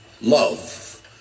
love